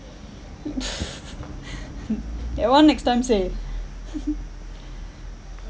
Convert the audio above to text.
that [one] next time say